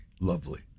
Lovely